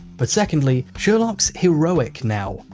but secondly, sherlock's heroic now.